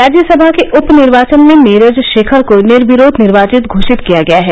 राज्यसमा के उप निर्वाचन में नीरज शेखर को निर्विरोध निर्वाचित घोषित किया गया है